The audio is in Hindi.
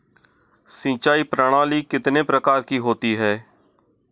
सिंचाई प्रणाली कितने प्रकार की होती है?